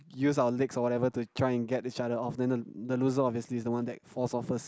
use our legs or whatever to try and get each other off then the the loser obviously is the one that falls off first